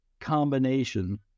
combination